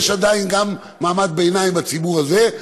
יש עדיין גם מעמד ביניים בציבור הזה,